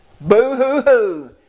Boo-hoo-hoo